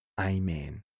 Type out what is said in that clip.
Amen